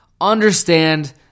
understand